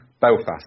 Belfast